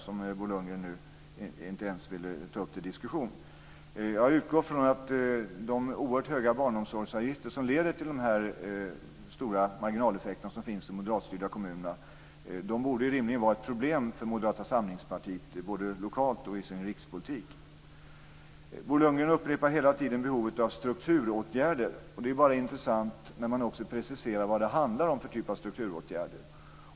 Bo Lundgren vill ju inte ens ta upp detta till diskussion. Jag utgår ifrån att de oerhört höga barnomsorgsavgifter som leder till de stora marginaleffekter som finns i de moderatstyrda kommunerna rimligen borde vara ett problem för Moderata samlingspartiet, både lokalt och i rikspolitiken. Bo Lundgren upprepar hela tiden behovet av strukturåtgärder. Det är bara intressant när man också preciserar vad det handlar om för typ av strukturåtgärder.